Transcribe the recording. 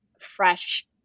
fresh